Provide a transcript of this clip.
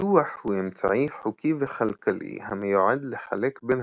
ביטוח הוא אמצעי חוקי וכלכלי המיועד לחלק בין